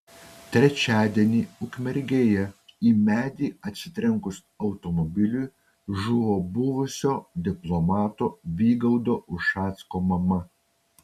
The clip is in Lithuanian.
trečiadienį ukmergėje į medį atsitrenkus automobiliui žuvo buvusio diplomato vygaudo ušacko mama